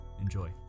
Enjoy